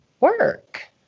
work